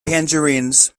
tangerines